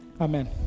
amen